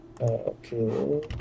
okay